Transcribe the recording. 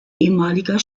ehemaliger